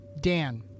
Dan